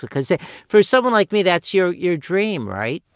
cause it for someone like me, that's your your dream, right?